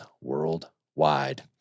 worldwide